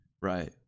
Right